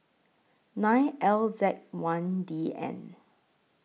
nine L Z one D N